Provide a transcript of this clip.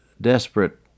desperate